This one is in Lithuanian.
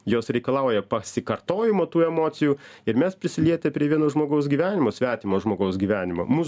jos reikalauja pasikartojimo tų emocijų ir mes prisilietę prie vieno žmogaus gyvenimo svetimo žmogaus gyvenimo mus